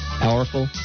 Powerful